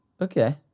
Okay